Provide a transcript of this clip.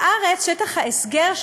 בארץ שטח ההסגר,